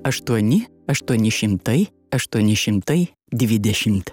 aštuoni aštuoni šimtai aštuoni šimtai dvidešimt